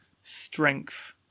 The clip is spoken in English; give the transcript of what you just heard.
strength